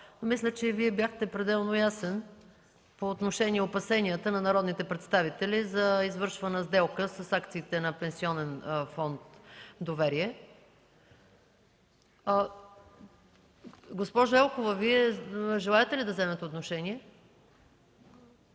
Мисля, че Вие бяхте пределно ясен по отношение опасенията на народните представители за извършвана сделка с акциите на Пенсионен фонд „Доверие”. Госпожо Елкова, Вие желаете ли да вземете отношение?